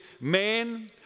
man